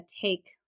take